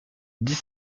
dix